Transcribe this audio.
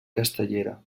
castellera